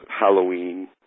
Halloween